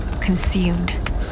consumed